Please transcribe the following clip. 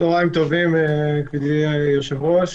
צוהריים טובים, גברתי היושבת-ראש.